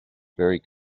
very